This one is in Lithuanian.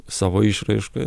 savo išraiškoje